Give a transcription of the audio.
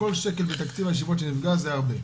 כל שקל מתקציב הישיבות שנפגע זה הרבה.